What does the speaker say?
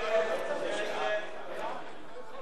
שבטעות הצבעתי